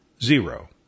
Zero